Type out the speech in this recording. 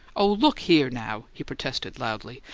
oh, look here, now! he protested, loudly.